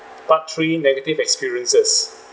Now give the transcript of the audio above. part three negative experiences